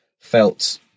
felt